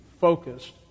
focused